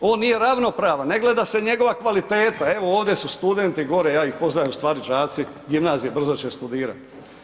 On nije ravnopravan, ne gleda se njegova kvaliteta, evo, ovdje su studenti gore, ja ih pozdravljam, u stvari đaci gimnazije, brzo će studirati.